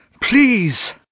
please